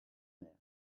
mer